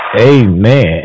amen